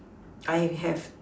I have